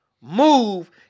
Move